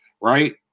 right